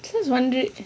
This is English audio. ex வந்து:wanthu